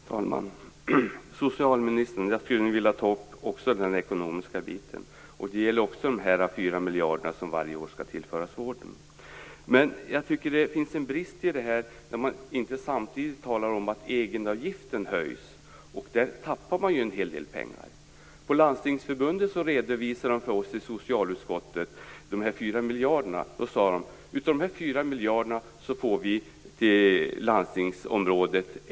Fru talman! Socialministern, jag skulle också vilja ta upp den ekonomiska biten. Det gäller då de 4 miljarder kronor som varje år skall tillföras vården. Jag ser en brist här. Man talar ju inte samtidigt om att egenavgiften höjs. Där tappar man en hel del pengar. När Landstingsförbundet redovisade de 4 miljarder kronorna för oss i socialutskottet sade man: Av de här 4 miljarder kronorna går 1,1 miljarder kronor till landstingsområdet.